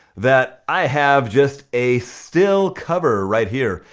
that i have just a still cover, right here.